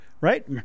Right